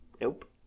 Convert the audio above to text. Nope